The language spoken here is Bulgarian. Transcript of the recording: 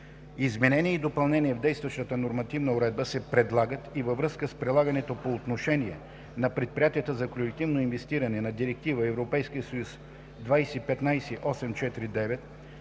Изменения и допълнения в действащата нормативна уредба се предлагат и във връзка с прилагането по отношение на предприятията за колективно инвестиране на Директива (ЕС) 2015/849